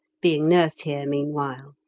being nursed here meanwhile.